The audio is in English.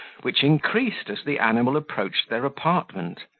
which increased as the animal approached their apartment.